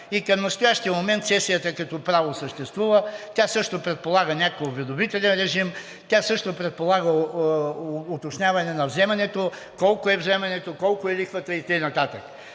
И към настоящия момент цесията като право съществува, тя също предполага някакъв уведомителен режим, тя също предполага уточняване на вземането – колко е вземането, колко е лихвата и така